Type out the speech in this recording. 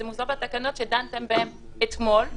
זה מוסדר בתקנות שדנתם בהן אתמול,